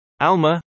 Alma